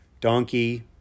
donkey